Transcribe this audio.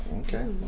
Okay